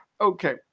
Okay